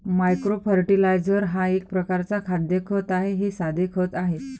micro fertiliser हा एक प्रकारचा खाद्य खत आहे हे साधे खते आहेत